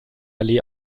allee